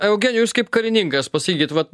eugenijau jūs kaip karininkas pasakykit vat